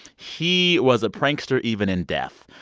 he was a prankster even in death.